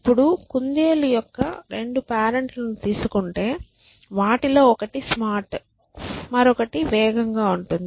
ఇప్పుడు కుందేలు యొక్క 2 పేరెంట్ లను తీసుకుంటే వాటిలో ఒకటి స్మార్ట్ మరియు మరొకటి వేగంగా ఉంటుంది